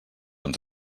ens